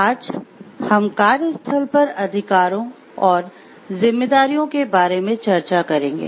आज हम कार्यस्थल पर अधिकारों और जिम्मेदारियों के बारे में चर्चा करेंगे